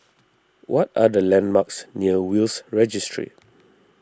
what are the landmarks near Will's Registry